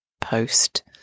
post